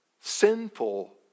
sinful